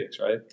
right